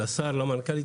שלום לשר ולמנכ"לית.